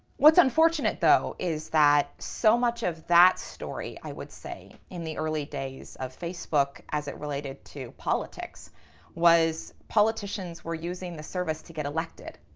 what's unfortunate though is that so much of that story i would say in the early days of facebook as it related to politics was politicians were using the service to get elected.